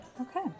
Okay